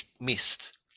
missed